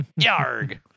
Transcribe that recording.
Yarg